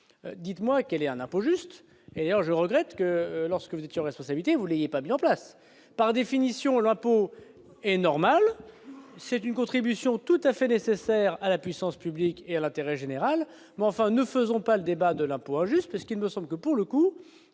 dites-moi quel est un impôt juste d'ailleurs, je regrette que lorsque vous étiez aux responsabilités ayez pas mis en place par définition l'impôt est normal, c'est une contribution tout à fait nécessaire à la puissance publique et à l'intérêt général, mais enfin, ne faisons pas le débat de l'impôt injuste parce qu'il me semble que, pour le coup,